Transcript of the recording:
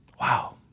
wow